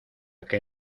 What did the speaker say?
que